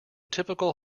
typical